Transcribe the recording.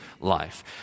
life